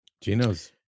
Gino's